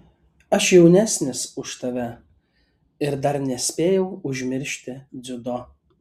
aš jaunesnis už tave ir dar nespėjau užmiršti dziudo